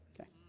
Okay